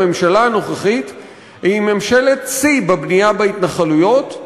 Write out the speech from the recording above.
הממשלה הנוכחית היא ממשלת-שיא בבנייה בהתנחלויות.